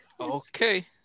Okay